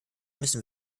müssen